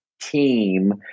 team